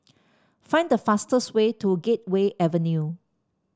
find the fastest way to Gateway Avenue